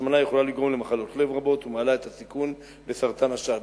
השמנה יכולה לגרום למחלות לב רבות ומעלה את הסיכון לסרטן השד.